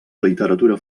literatura